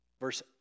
Verse